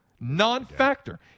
Non-factor